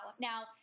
Now